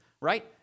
right